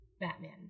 Batman